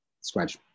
Scratch